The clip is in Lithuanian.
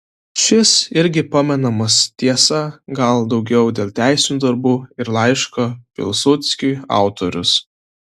šis irgi pamenamas tiesa gal daugiau dėl teisinių darbų ir laiško pilsudskiui autorius